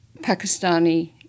Pakistani